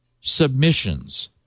submissions